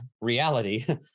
reality